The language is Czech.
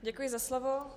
Děkuji za slovo.